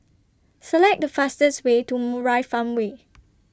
Select The fastest Way to Murai Farmway